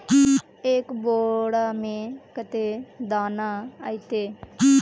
एक बोड़ा में कते दाना ऐते?